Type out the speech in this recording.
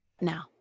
now